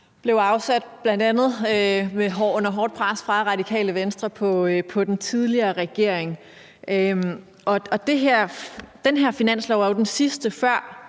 blev afsat under et hårdt pres fra Radikale Venstre på den tidligere regering, og den her finanslov er jo ligesom den sidste, før